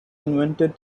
invented